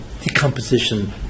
decomposition